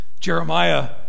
Jeremiah